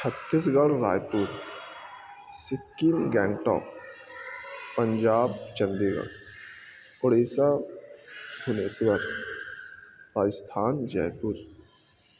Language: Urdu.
چھتیس گڑھ رائےپور سکم گینٹا پنجاب چنندی گڑھ اڑیسہ بنیسور پاجستھان جے پور